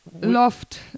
Loft